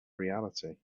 reality